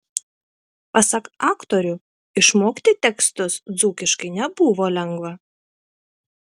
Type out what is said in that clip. pasak aktorių išmokti tekstus dzūkiškai nebuvo lengva